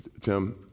Tim